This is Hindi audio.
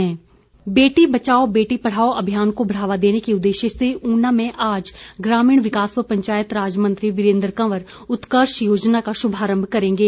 उत्कर्ष योजना बेटी बचाओ बेटी पढ़ाओ अभियान को बढ़ावा देने के उद्देश्य से ऊना में आज ग्रामीण विकास व पंचायत राज मंत्री वीरेंद्र कंवर उत्कर्ष योजना का शुभारंभ करेंगे